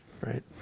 right